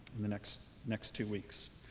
in the next next two weeks